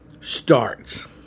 starts